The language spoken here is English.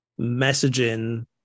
messaging